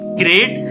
great